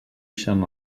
ixen